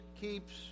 keeps